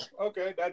okay